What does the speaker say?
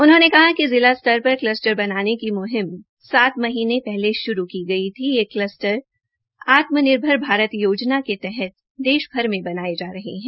उन्होंने कहा कि जिला स्तर पर कलस्टर बनाने की मुहिम सात माह पहले श्रू की गई थी ये कल्स्टर आत्मनिर्भर भारत योजना के तहत देश भर मे बनाये जा रहे है